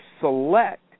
select